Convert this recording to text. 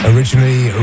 Originally